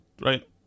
right